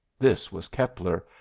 this was keppler,